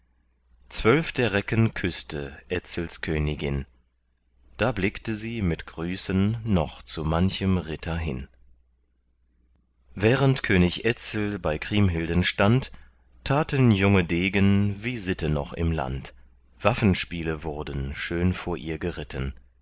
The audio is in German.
zwölf der recken küßte etzels königin da blickte sie mit grüßen noch zu manchem ritter hin während könig etzel bei kriemhilden stand taten junge degen wie sitte noch im land waffenspiele wurden schön vor ihr geritten